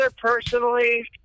personally